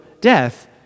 death